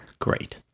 Great